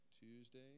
Tuesday